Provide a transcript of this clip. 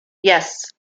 yes